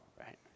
right